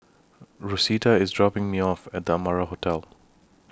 Rosita IS dropping Me off At The Amara Hotel